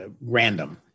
random